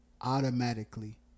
automatically